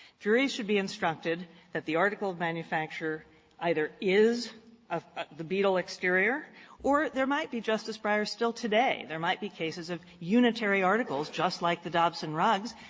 juries should be instructed that the article of manufacture either is ah the beetle exterior or there might be, justice breyer, still today, there might be cases of unitary articles, just like the dobson rugs.